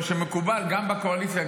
שמקובל גם בקואליציה,